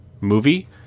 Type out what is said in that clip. movie